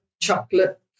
chocolate